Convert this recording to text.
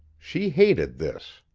she hated this.